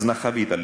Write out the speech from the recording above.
הזנחה והתעללות.